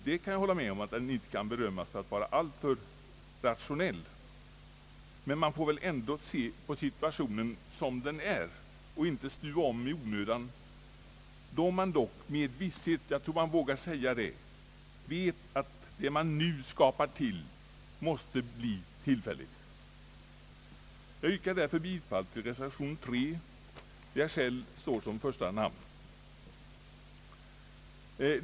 Jag kan hålla med om att den inte kan berömmas för att vara alltför rationell, men man får väl ändå se på situationen som den är och inte stuva om i onödan, då man med visshet — jag tror jag vågar säga det — vet att det man nu tillskapar måste bli tillfälligt. Jag yrkar därför bifall till reservation 3, där jag själv står som första namn.